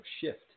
shift